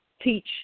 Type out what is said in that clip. teach